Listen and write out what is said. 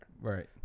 Right